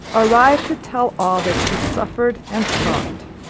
arrived to tell all that she suffered and thought